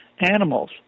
animals